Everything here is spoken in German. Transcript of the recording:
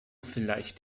vielleicht